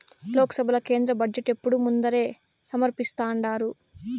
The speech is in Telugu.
లోక్సభల కేంద్ర బడ్జెటు ఎప్పుడూ ముందరే సమర్పిస్థాండారు